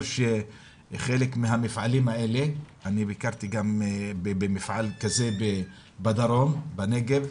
אני ביקרתי במפעל כזה בדרום, בנגב,